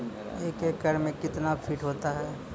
एक एकड मे कितना फीट होता हैं?